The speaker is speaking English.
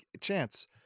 chance